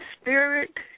spirit